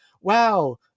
wow